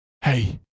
hey